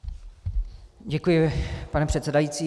Děkuji, pane předsedající.